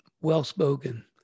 well-spoken